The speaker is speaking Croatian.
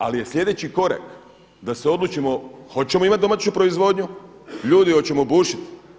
Ali je sljedeći korak da se odlučimo hoćemo imati domaću proizvodnju, ljudi hoćemo bušit.